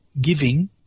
giving